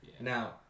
Now